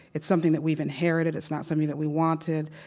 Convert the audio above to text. it's something that we've inherited. it's not something that we wanted.